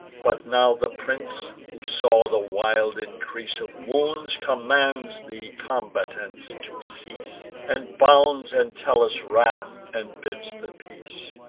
but now the prince, who saw the wild increase of wounds, commands the combatants to cease, and bounds entellus' wrath, and bids the peace.